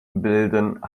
bilden